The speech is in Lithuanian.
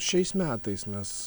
šiais metais mes